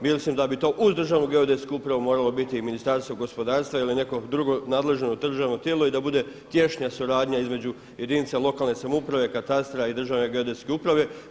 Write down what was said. Mislim da bi to uz Državnu geodetsku upravu moralo biti i Ministarstvo gospodarstva ili neko drugo nadležno državno tijelo i da bude tješnja suradnja između jedinica lokalne samouprave, katastra i Državne geodetske uprave.